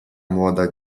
młoda